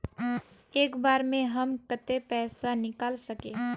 एक बार में हम केते पैसा निकल सके?